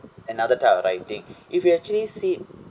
another type of writing if you actually see